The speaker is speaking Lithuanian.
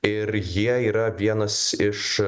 ir jie yra vienas iš